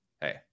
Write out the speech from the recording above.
Hey